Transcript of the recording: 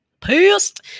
Pissed